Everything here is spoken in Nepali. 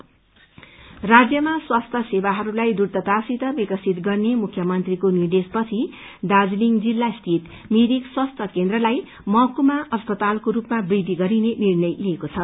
हेल्य सरमिस राज्यमा स्वास्थ्य सेवाहरूलाई दूततासित विकसित गर्ने मुख्यमन्त्रीको निर्देशपछि दार्जीलिङ जिल्लामा सिंत मिरिक स्वास्थ्य केन्द्रलाई महकुमा अस्पतालको रूपमा वृद्धि गरिने निर्णय लिइएको छ